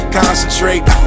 concentrate